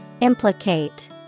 Implicate